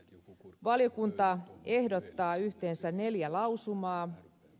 valiokunta ehdottaa yhteensä neljää lausumaa